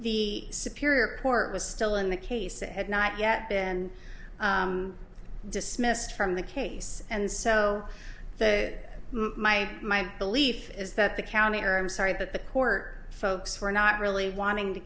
the superior court was still in the case and had not yet been dismissed from the case and so the my belief is that the county or i'm sorry but the court folks were not really wanting to